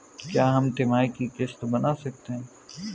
क्या हम तिमाही की किस्त बना सकते हैं?